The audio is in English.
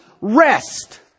rest